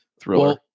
thriller